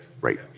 Right